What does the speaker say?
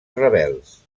rebels